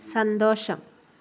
സന്തോഷം